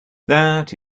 that